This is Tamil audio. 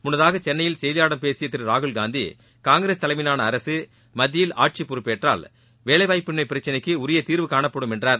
முன்னதாக சென்னையில் செய்தியாளர்களிடம் பேசிய திரு ராகுல் காந்தி காங்கிரஸ் தலைமயிலாள அரசு மத்தியில் ஆட்சி பொறுப்பேற்றால் வேலைவாய்ப்பின்மை பிரச்சினைக்கு உரிய தீர்வு காணப்படும் என்றார்